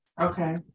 Okay